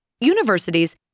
universities